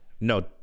No